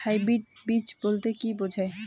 Hybrid বীজ বলতে কী বোঝায়?